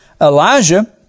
Elijah